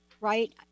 right